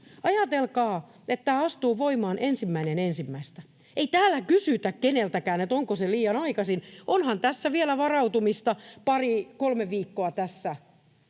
Ajatelkaa, että tämä astuu voimaan 1.1. Ei täällä kysytä keneltäkään, onko se liian aikaisin, onhan tässä vielä varautumista pari kolme viikkoa ennen